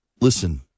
Listen